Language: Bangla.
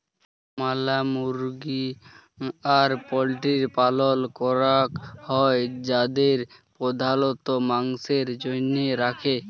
ম্যালা মুরগি আর পল্ট্রির পালল ক্যরাক হ্যয় যাদের প্রধালত মাংসের জনহে রাখে